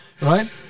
right